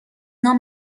نام